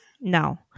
No